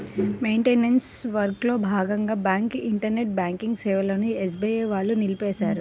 maintenance వర్క్లో భాగంగా bank internet banking సేవలను ఎస్బీఐ వాళ్ళు నిలిపేశారు